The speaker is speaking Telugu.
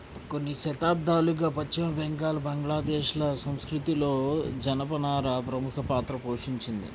కొన్ని శతాబ్దాలుగా పశ్చిమ బెంగాల్, బంగ్లాదేశ్ ల సంస్కృతిలో జనపనార ప్రముఖ పాత్ర పోషించింది